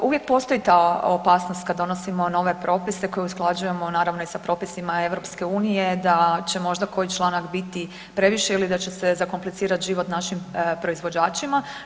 Pa uvijek postoji ta opasnost kad donosimo nove propise koje usklađujemo naravno i sa propisima EU da će možda koji članak biti previše ili da će se zakomplicirat život našim proizvođačima.